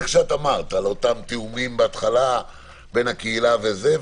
שאמרת על התיאומים בהתחלה בין הקהילה וזה,